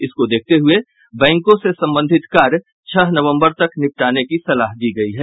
इसको देखते हुये बैंकों से संबंधित कार्य छह नवंबर तक निपटाने की सलाह दी गयी है